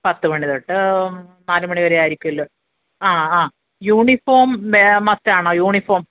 പത്തുമണി തൊട്ട് നാല് മണിവരെയായിരിക്കുമല്ലോ അ ആ യൂണിഫോം മസ്റ്റാണോ യൂണിഫോം